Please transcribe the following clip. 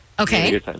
Okay